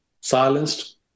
silenced